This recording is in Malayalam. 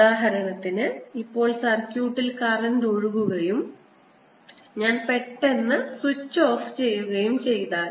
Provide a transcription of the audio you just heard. ഉദാഹരണത്തിന് ഇപ്പോൾ സർക്യൂട്ടിൽ കറന്റ് ഒഴുകുകയും ഞാൻ പെട്ടെന്ന് സ്വിച്ച് ഓഫ് ചെയ്യുകയും ചെയ്താൽ